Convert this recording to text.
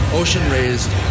ocean-raised